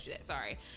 sorry